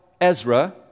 Ezra